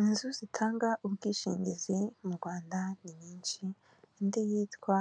Inzu zitanga ubwishingizi mu Rwanda ni nyinsh,i indi yitwa